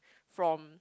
from